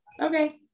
Okay